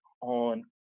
on